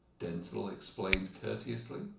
denzil explained courteously.